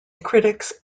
critics